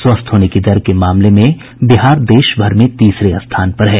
स्वस्थ होने की दर के मामले में बिहार देशभर में तीसरे स्थान पर है